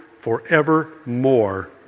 forevermore